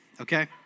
Okay